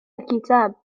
الكتاب